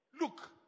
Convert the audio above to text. Look